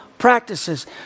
practices